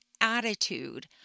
attitude